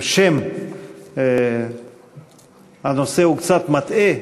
בעצם שם הנושא קצת מטעה,